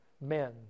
men